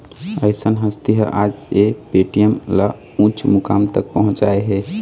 अइसन हस्ती ह आज ये पेटीएम ल उँच मुकाम तक पहुचाय हे